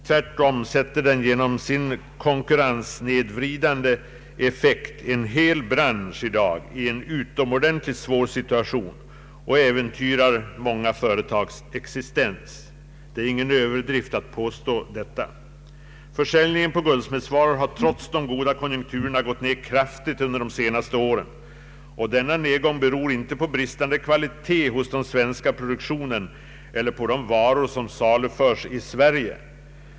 Tvärtom sätter den i dag genom sin konkurrenssnedvridande effekt en hel bransch i en utomordentligt svår situation och äventyrar många företags existens, Det är ingen överdrift att påstå detta. Försäljningen på guldsmedsvaror har, trots de goda konjunkturerna, gått ned kraftigt under de senaste åren. Denna nedgång beror inte på bristande kvalitet hos den svenska produktionen eller de varor som saluförs i Sverige.